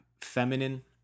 feminine